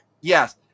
Yes